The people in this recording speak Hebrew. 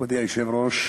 מכובדי היושב-ראש,